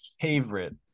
favorite